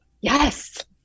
Yes